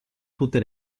tutte